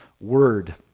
word